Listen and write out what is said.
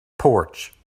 porch